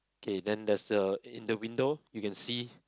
K then there's the in the window you can see